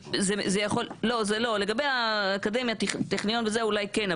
לגבי האקדמיה אולי כן,